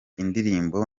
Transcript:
indirimbo